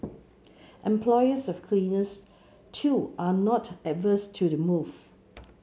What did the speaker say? employers of cleaners too are not averse to the move